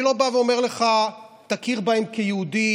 אני לא בא ואומר לך: תכיר בהם כיהודים,